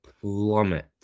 plummet